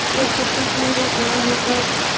like, the first night i got there, i woke up,